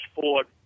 Ford